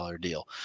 deal